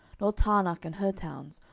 nor taanach and her towns,